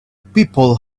people